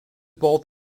both